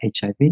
HIV